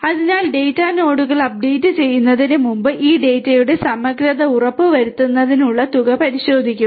അതിനാൽ ഡാറ്റ നോഡുകൾ അപ്ഡേറ്റ് ചെയ്യുന്നതിന് മുമ്പ് ഈ ഡാറ്റയുടെ സമഗ്രത ഉറപ്പുവരുത്തുന്നതിനുള്ള തുക പരിശോധിക്കുക